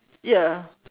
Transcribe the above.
ya